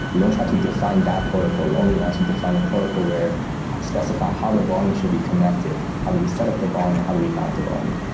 we don't try to define that protocol. we only want to define the protocol where specify how the volume should be connected. how do we setup the volume? how do we mount the volume?